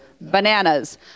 bananas